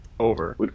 Over